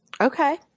Okay